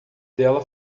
dela